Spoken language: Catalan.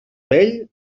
vell